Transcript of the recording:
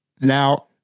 Now